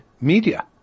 media